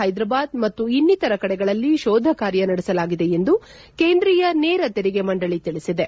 ಹೈದರಾಬಾದ್ ಮತ್ತು ಇನ್ನಿತರ ಕಡೆಗಳಲ್ಲಿ ಶೋಧ ಕಾರ್ಯ ನಡೆಸಲಾಗಿದೆ ಎಂದು ಕೇಂದ್ರೀಯ ನೇರ ತೆರಿಗೆ ಮಂಡಳಿ ತಿಳಿಸಿದೆ